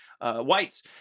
whites